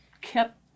kept